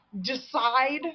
decide